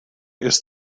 ist